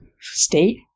state